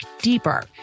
deeper